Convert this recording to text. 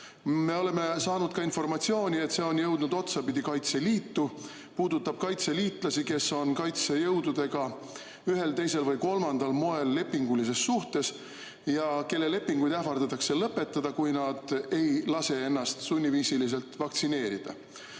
Me oleme saanud informatsiooni, et see on jõudnud otsapidi Kaitseliitu, see puudutab kaitseliitlasi, kes on kaitsejõududega ühel, teisel või kolmandal moel lepingulises suhtes ja kelle lepingud ähvardatakse lõpetada, kui nad ei lase ennast sunniviisiliselt vaktsineerida.